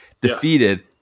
defeated